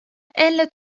elle